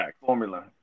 formula